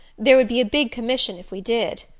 there would be a big commission if we did.